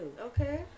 Okay